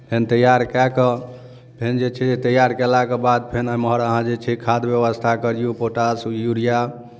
फेर तैआर कए कऽ फेर जे छै जे तैआर कयलाके बाद फेर एम्हर अहाँ जे छै जे खाद व्यवस्था करियौ पोटाश यूरिया